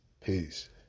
Peace